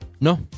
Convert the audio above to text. No